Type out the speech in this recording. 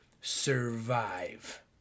survive